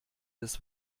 des